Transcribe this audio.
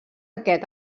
aquest